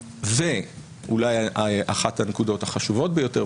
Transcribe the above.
ואולי אחת הנקודות החשובות ביותר,